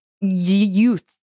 youth